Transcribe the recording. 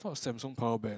not Samsung power bank